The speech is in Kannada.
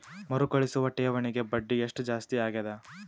ಮರುಕಳಿಸುವ ಠೇವಣಿಗೆ ಬಡ್ಡಿ ಎಷ್ಟ ಜಾಸ್ತಿ ಆಗೆದ?